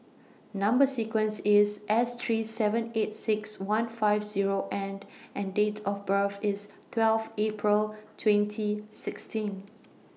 Number sequence IS S three seven eight six one five Zero and and Date of birth IS twelve April twenty sixteen